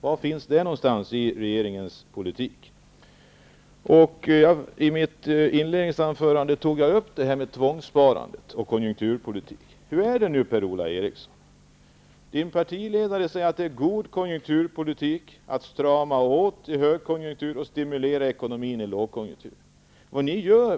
Var finns det i regeringens politik? I mitt inledningsanförande tog jag upp tvångssparandet och konjunkturpolitiken. Hur är det nu, Per-Ola Eriksson? Centerns partiledare säger att det är god konjunkturpolitik att strama åt ekonomin i högkonjunktur och stimulera i lågkonjunktur.